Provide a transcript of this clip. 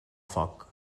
foc